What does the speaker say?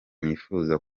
nifuza